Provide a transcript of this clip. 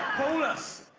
paulus,